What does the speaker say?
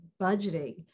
budgeting